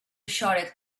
shouted